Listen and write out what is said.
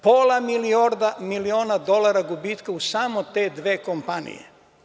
Pola miliona dolara gubitka u samo te dve kompanije.